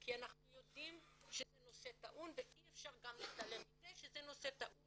כי אנחנו יודעים שזה נושא טעון ואי אפשר גם להתעלם מזה שזה נושא טעון